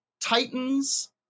titans